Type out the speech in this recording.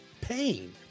pain